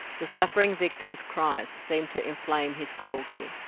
the suffering victim's cries seemed to inflame his cruelty.